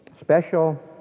special